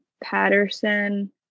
patterson